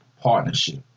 partnership